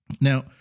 Now